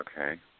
Okay